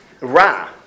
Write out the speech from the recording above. Ra